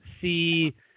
see